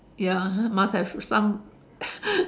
ya must have some